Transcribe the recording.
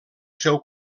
seu